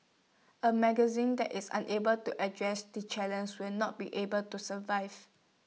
A magazine that is unable to address the challenges will not be able to survive